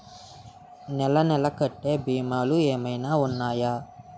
నెల నెల కట్టే భీమాలు ఏమైనా ఉన్నాయా?